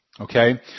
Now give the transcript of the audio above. Okay